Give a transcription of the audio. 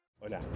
Hola